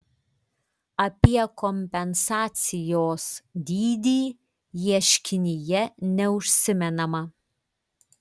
apie kompensacijos dydį ieškinyje neužsimenama